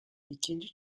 i̇kinci